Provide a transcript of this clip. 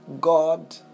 God